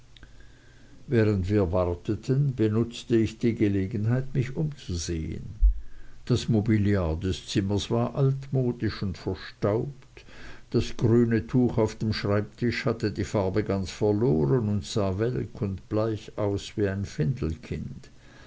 während wir warteten benutzte ich die gelegenheit mich umzusehen das mobiliar des zimmers war altmodisch und verstaubt das grüne tuch auf dem schreibtisch hatte die farbe ganz verloren und sah welk und bleich aus wie ein